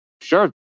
Sure